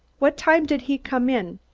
what time did he come in?